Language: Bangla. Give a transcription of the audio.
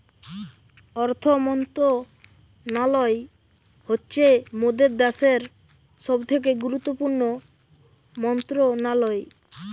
অর্থ মন্ত্রণালয় হচ্ছে মোদের দ্যাশের সবথেকে গুরুত্বপূর্ণ মন্ত্রণালয়